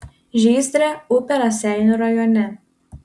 žyzdrė upė raseinių rajone